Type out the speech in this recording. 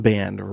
Band